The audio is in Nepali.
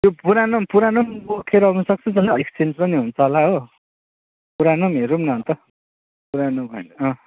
त्यो पुरानो पनि पुरानो पनि बोकेर आउन सक्छस् होइन एक्सचेन्ज पनि हुन्छ होला हो पुरानो पनि हेरौँ न अन्त पुरानो अँ